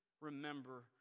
remember